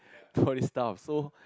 to all these stuff so